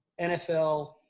NFL